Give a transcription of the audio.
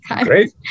great